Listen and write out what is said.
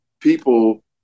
people